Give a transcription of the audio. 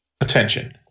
attention